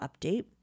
update